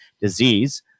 disease